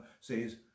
says